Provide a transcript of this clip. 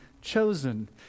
chosen